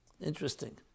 Interesting